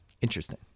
Interesting